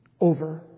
over